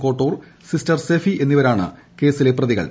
Kottoor sister Sephy എന്നിവരാണ് കേസിലെ പ്രതികൾ